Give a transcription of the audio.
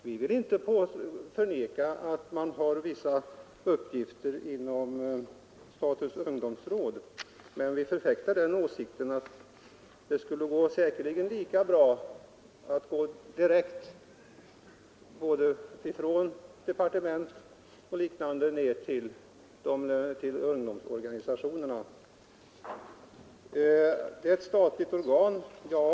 Vi vill inte förneka att statens ungdomsråd har vissa uppgifter, men vi förfäktar den åsikten att det säkerligen skulle gå lika bra att gå direkt från departement ned till ungdomsorganisationerna. Ungdomsrådet är ett statligt organ, säger herr Gustavsson.